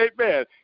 amen